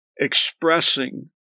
expressing